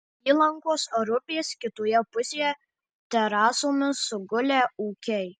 įlankos ar upės kitoje pusėje terasomis sugulę ūkiai